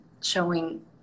showing